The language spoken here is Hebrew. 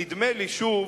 נדמה לי, שוב,